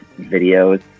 videos